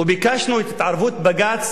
וביקשנו את התערבות בג"ץ